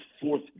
fourth